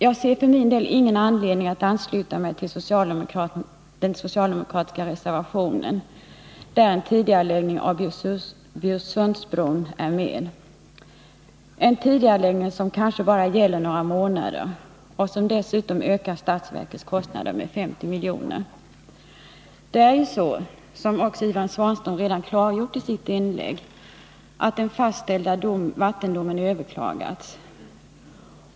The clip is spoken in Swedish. Jag ser för min del ingen anledning att ansluta mig till den socialdemokratiska reservation där en tidigareläggning av Bjursundsbron är med. Tidigareläggningen gäller kanske bara några månader och ökar dessutom statsverkets kostnader med 50 miljoner. Det är ju så, vilket Ivan Svanström redan har klargjort i sitt inlägg, att den fastställda vattendomen har överklagats.